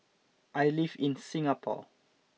I live in Singapore